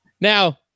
Now